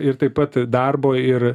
ir taip pat darbo ir